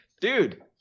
Dude